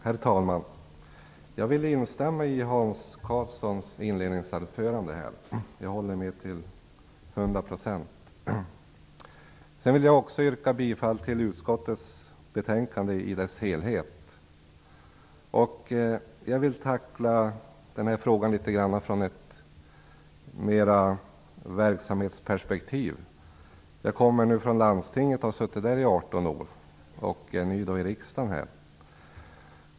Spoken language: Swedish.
Herr talman! Jag vill instämma i Hans Karlssons inledningsanförande. Jag håller med till hundra procent. Jag vill också yrka bifall till utskottets hemställan i dess helhet. Jag vill tackla den här frågan mer från ett verksamhetsperspektiv. Jag kommer från landstinget, där jag har varit ledamot i 18 år, och är ny i riksdagen.